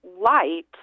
light